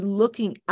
looking